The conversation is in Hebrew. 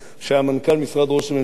שהיה מנכ"ל משרד ראש הממשלה,